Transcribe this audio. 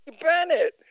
Bennett